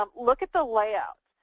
um look at the layout,